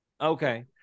Okay